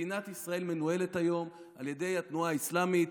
מדינת ישראל מנוהלת היום על ידי התנועה האסלאמית,